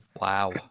wow